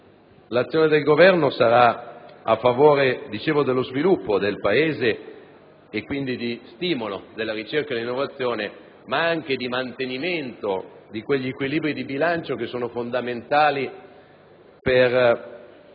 l'azione di Governo sarà a favore dello sviluppo del Paese e quindi di stimolo della ricerca e dell'innovazione, ma anche di mantenimento di quegli equilibri di bilancio fondamentali per